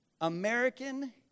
American